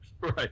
right